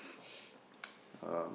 um